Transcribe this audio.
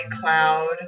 cloud